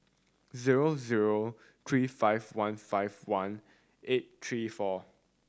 zero zero three five one five one eight three four